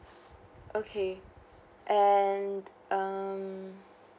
okay and um